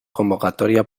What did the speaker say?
convocatoria